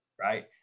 right